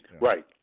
right